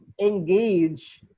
engage